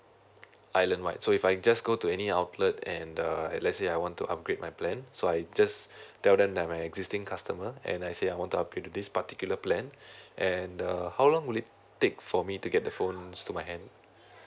island-wide so if I just go to any outlet and uh if let's say I want to upgrade my plan so I just tell them that I'm existing customer and I say I want to upgrade to this particular plan and the how long will it take for me to get the phone um to my hand